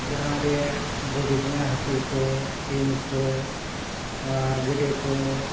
ᱡᱟᱦᱟᱸ ᱜᱮ ᱵᱚᱱ ᱵᱤᱡᱽᱱᱮᱥ ᱦᱟᱠᱩ ᱠᱚ ᱥᱤᱢ ᱠᱚ ᱟᱨ ᱜᱮᱰᱮ ᱠᱚ